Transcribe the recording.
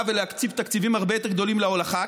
ולהקציב תקציבים הרבה יותר גדולים להולכה,